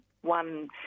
one